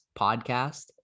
podcast